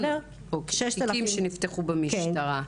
אוקיי, תיקים שנפתחו במשטרה.